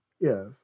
Yes